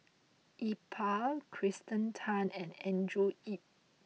Iqbal Kirsten Tan and Andrew Yip